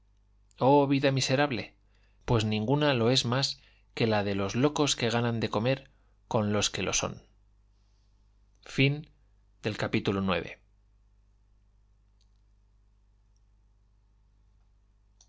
oh vida miserable pues ninguna lo es más que la de los locos que ganan de comer con los que lo son libro segundo capítulo